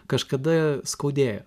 kažkada skaudėjo